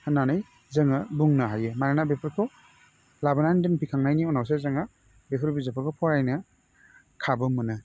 होन्नानै जोङो बुंनो हायो मानोना बेफोरखौ लाबोनानै दोनफैखांनायनि उनावसो जोङो बेफोर बिजाबफोरखौ फरायनो खाबु मोनो